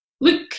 look